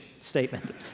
statement